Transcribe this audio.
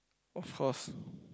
of course